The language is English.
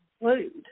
include